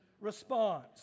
response